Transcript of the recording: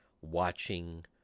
watching